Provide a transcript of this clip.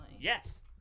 Yes